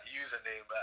username